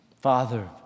Father